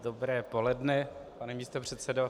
Dobré poledne, pane místopředsedo.